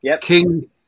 King